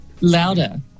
Louder